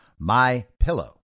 MyPillow